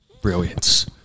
brilliance